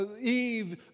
Eve